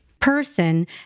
person